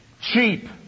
cheap